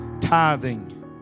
tithing